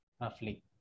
roughly